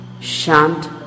Shan't